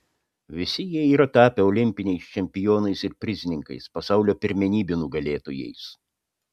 visi jie yra tapę olimpiniais čempionais ir prizininkais pasaulio pirmenybių nugalėtojais